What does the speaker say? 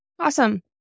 Awesome